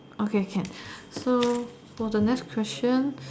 okay can so for the next question